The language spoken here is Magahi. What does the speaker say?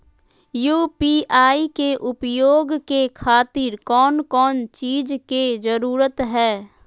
यू.पी.आई के उपयोग के खातिर कौन कौन चीज के जरूरत है?